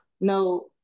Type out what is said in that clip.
no